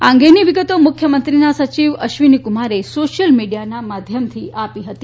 આ અંગેની વિગતો મુખ્યમંત્રીના સચિવ અશ્વિની કુમારે સોશિયલ મીડીયાના માધ્યમથી આપી હતી